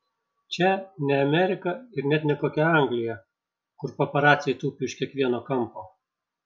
čia ne amerika ir net ne kokia anglija kur paparaciai tupi už kiekvieno kampo